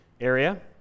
area